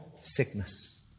sickness